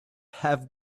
have